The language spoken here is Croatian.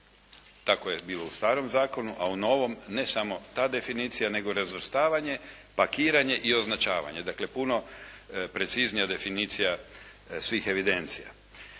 tako je bilo u starom zakonu, a u novom ne samo ta definicija nego razvrstavanje, pakiranje i označavanje. Dakle puno preciznije od definicija svih evidencija.